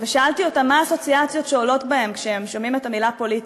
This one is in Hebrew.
ושאלתי אותם מה האסוציאציות שעולות בהם כשהם שומעים את המילה פוליטיקה.